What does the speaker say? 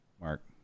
Mark